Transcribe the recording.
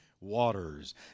waters